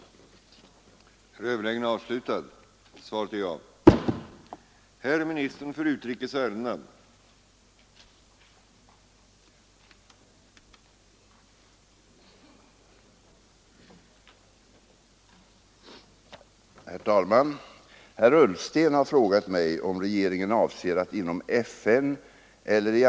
Jag ber att få tacka utrikesministern för svaret.